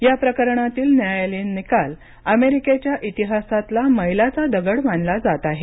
या प्रकरणातील न्यायालयीन निकाल अमेरिकेच्या इतिहासातला मैलाचा दगड मानला जात आहे